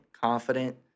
confident